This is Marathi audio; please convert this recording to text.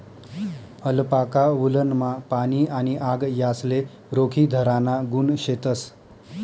अलपाका वुलनमा पाणी आणि आग यासले रोखीधराना गुण शेतस